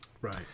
Right